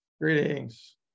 greetings